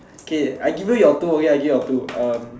K I give your two okay I give you your two um